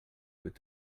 with